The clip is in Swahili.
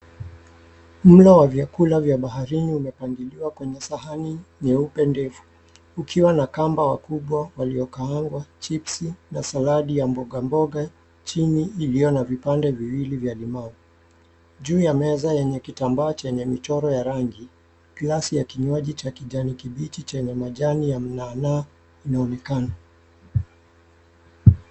Mlo wa vyakula vya baharini umepangiliwa kwenye sahani nyeupe ndefu, ukiwa na kamba wakubwa waliokaangwa, chipsi na saladi ya mbogamboga chini iliyo na vipande viwili vya limau. Juu ya meza yenye kitambaa cha michoro ya rangi glasi ya kinywaji cha kijani kibichi chenye majani ya mnaanaa inaonekana.